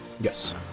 Yes